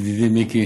ידידי מיקי,